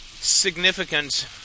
significant